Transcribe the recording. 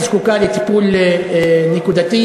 טייבה זקוקה לטיפול נקודתי,